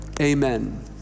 Amen